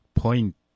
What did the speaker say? point